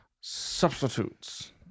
substitutes